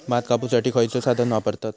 भात कापुसाठी खैयचो साधन वापरतत?